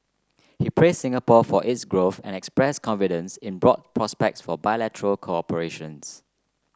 he praised Singapore for its growth and expressed confidence in broad prospects for bilateral cooperations